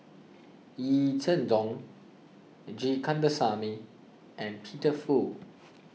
Yee Jenn Jong G Kandasamy and Peter Fu